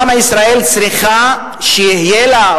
למה ישראל צריכה שיהיה לה,